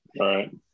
Right